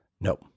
No